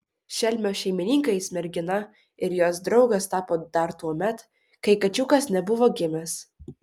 šelmio šeimininkais mergina ir jos draugas tapo dar tuomet kai kačiukas nebuvo gimęs